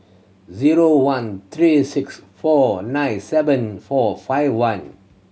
zero one three six four nine seven four five one